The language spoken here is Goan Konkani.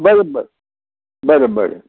बरें बरें बरें बरें